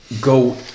go